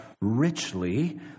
richly